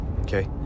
okay